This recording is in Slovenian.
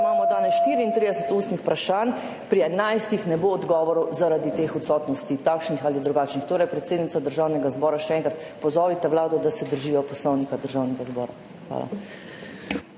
imamo danes 34 ustnih vprašanj, pri 11 ne bo odgovorov zaradi teh odsotnosti, takšnih ali drugačnih. Predsednica Državnega zbora, še enkrat, pozovite vlado, da se drži Poslovnika Državnega zbora. Hvala.